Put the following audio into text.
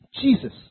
Jesus